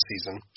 season